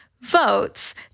votes